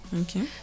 Okay